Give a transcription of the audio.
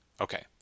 Okay